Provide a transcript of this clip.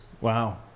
wow